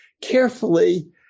carefully